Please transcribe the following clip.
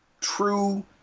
true